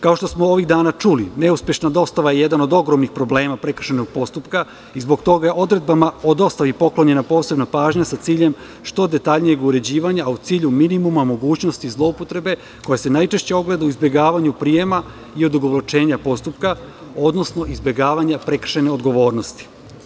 Kao što smo ovih dana čuli, neuspešna dostava je jedan od ogromnih problema prekršajnog postupka i zbog toga je odredbama o dostavi poklonjena posebna pažnja sa ciljem što detaljnijeg uređivanja, a u cilju minimuma mogućnosti zloupotrebe, koja se najčešće ogleda u izbegavanju prijema i odugovlačenja postupka, odnosno izbegavanja prekršajne odgovornosti.